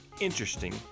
interesting